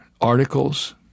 articles